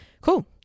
cool